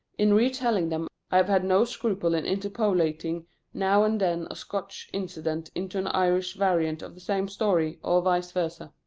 in re-telling them i have had no scruple in interpolating now and then a scotch incident into an irish variant of the same story, or vice versa.